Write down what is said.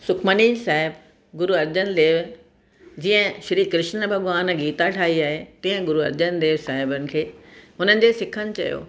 सुखमनी साहिबु गुरु अर्जनदेव जीअं श्री कृष्ण भॻवानु गीता ठाही आहे तीअं गुरु अर्जनदेव साहिबनि खे हुननि जे सिखनि चयो